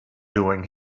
doing